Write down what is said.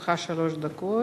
לרשותך שלוש דקות.